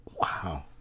Wow